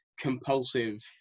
compulsive